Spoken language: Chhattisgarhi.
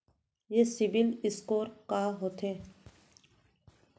ये सिबील स्कोर का होथे?